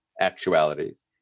actualities